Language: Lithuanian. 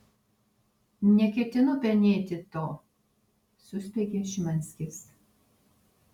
neketinu penėti to suspiegė šimanskis